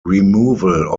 removal